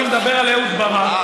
אני מדבר על אהוד ברק,